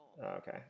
Okay